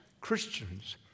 Christians